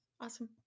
Awesome